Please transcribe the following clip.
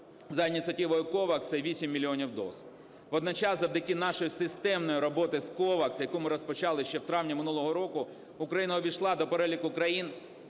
за ініціативою COVAX, це 8 мільйонів доз. Водночас завдяки нашій системній роботі з COVAX, яку ми розпочали ще в травні минулого року, Україна увійшла до переліку країн,